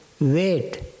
wait